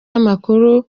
y’amakuru